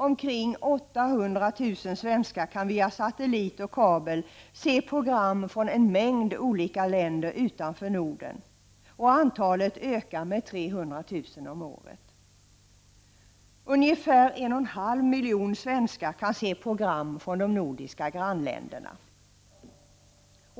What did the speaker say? Omkring 800 000 svenskar kan via satellit och kabel se program från en mängd olika länder utanför Norden, och antalet ökar med 300 000 om året. Ungefär 1,5 miljoner svenskar kan se program från de nordiska grannländerna.